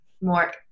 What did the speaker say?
more